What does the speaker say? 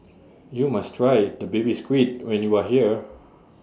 YOU must Try Baby Squid when YOU Are here